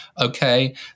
okay